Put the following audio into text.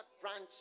branch